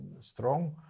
strong